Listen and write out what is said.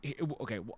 okay